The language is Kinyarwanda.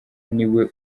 niwe